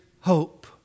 hope